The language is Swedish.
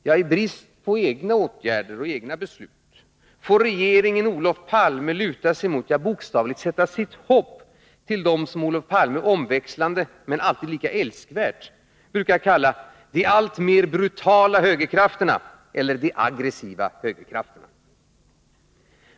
Ja, i brist på egna åtgärder och egna beslut får regeringen Olof Palme luta sig mot — ja, bokstavligt sätta sitt hopp till — dem som Olof Palme omväxlande, men alltid lika älskvärt, brukar kalla ”de alltmer brutala högerkrafterna” eller ”de aggressiva högerkrafterna”.